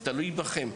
וזה תלוי בכם.